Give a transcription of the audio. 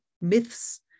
myths